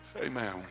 Amen